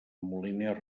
moliner